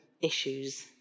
issues